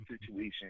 situation